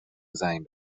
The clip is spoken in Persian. زنگ